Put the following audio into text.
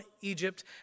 Egypt